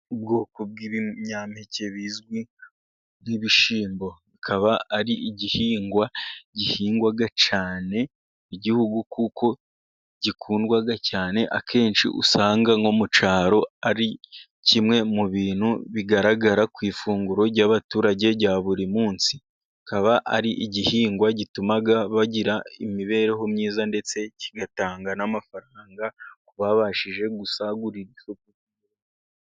Ubwoko bw'ibinyampeke bizwi nk'ibishyimbo bikaba ari igihingwa gihingwa cyane mu gihugu, kuko gikundwa cyane, akenshi usanga nko mu cyaro ari kimwe mu bintu bigaragara ku ifunguro ry'abaturage rya buri munsi. Kikaba ari igihingwa gituma bagira imibereho myiza, ndetse kigatanga n'amafaranga ku babashije gusagurira isoko.